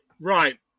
Right